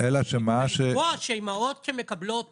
ולקבוע שאימהות שמקבלות